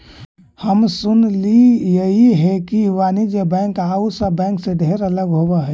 हम सुनलियई हे कि वाणिज्य बैंक आउ सब बैंक से ढेर अलग होब हई